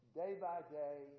day-by-day